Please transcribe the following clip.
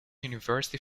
university